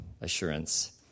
assurance